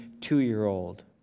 two-year-old